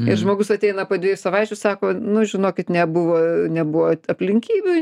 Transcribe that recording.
ir žmogus ateina po dviejų savaičių sako nu žinokit nebuvo nebuvo aplinkybių